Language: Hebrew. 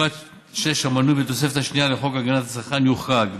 פרט 6 המנוי בתוספת השנייה לחוק הגנת הצרכן יוחרג,